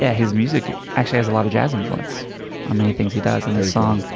yeah his music actually has a lot of jazz influence on many things he does. and this song,